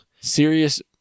serious